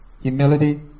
humility